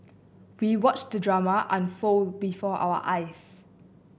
we watched the drama unfold before our eyes